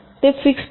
ते फिक्स्ड आहेत